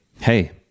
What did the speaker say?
hey